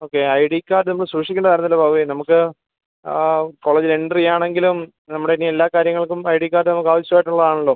okay I D കാർഡൊന്ന് സൂക്ഷിക്കേണ്ടതായിരുന്നല്ലോ ബാബുവേ നമുക്ക് ആ കോളേജി എൻറ്റർ ചെയ്യാണെങ്കിലും നമ്മുടെനി എല്ലാ കാര്യങ്ങൾക്കും ഐ ഡി കാർഡ് നമുക്ക് ആവശ്യമായിട്ടുള്ളതാണല്ലോ